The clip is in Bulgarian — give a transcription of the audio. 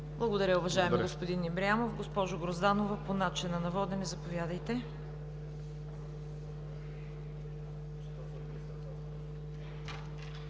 Благодаря, уважаеми господин Ибрямов. Госпожо Грозданова, по начина на водене, заповядайте.